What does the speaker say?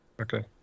Okay